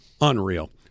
Unreal